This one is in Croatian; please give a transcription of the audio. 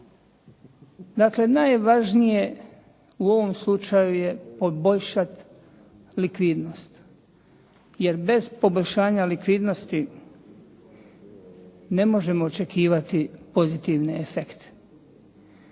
Dakle, najvažnije u ovom slučaju je poboljšati likvidnost jer bez poboljšanja likvidnosti ne možemo očekivati pozitivne efekte.